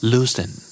Loosen